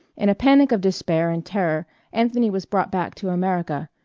in a panic of despair and terror anthony was brought back to america,